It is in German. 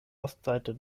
ostseite